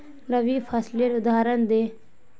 रवि फसलेर उदहारण दे?